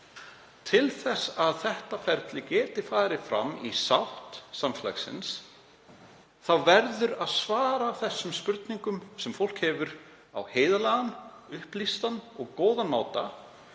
Til þess að þetta ferli geti farið fram í sátt við samfélagið verður að svara þessum spurningum sem fólk hefur borið fram á heiðarlegan, upplýstan og góðan máta.